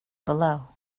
below